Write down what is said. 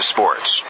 Sports